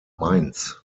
mainz